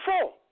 four